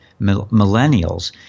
millennials